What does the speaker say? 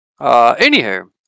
Anywho